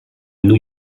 new